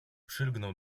przylgnął